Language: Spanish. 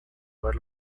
ver